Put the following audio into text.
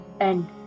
end